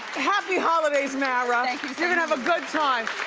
happy holidays mara, you're gonna have a good time.